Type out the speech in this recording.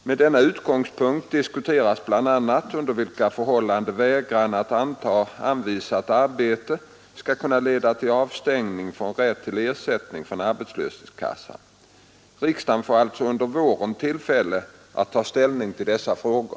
Med denna utgångspunkt diskuteras bl.a. under vilka förhållanden vägran att anta anvisat arbete skall kunna leda till avstängning från rätt till ersättning från arbetslöshetskassan. Riksdagen får alltså under våren tillfälle att ta ställning till dessa frågor.